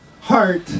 heart